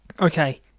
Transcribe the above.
Okay